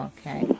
Okay